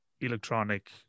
electronic